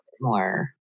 more